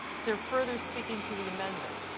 is there further speaking to the amendment?